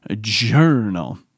journal